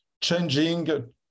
changing